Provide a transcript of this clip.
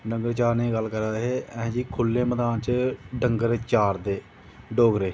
डंगर चारने दी गल्ल करा दे हे की ऐहें जी खुल्ले मैदान च डंगर चारदे डोगरे